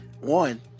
one